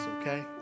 okay